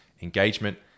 engagement